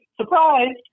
Surprise